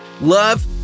love